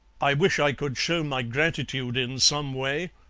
i wish i could show my gratitude in some way,